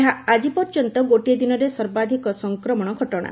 ଏହା ଆଜି ପର୍ଯ୍ୟନ୍ତ ଗୋଟିଏ ଦିନରେ ସର୍ବାଧିକ ସଂକ୍ରମଣ ଘଟଣା